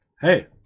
hey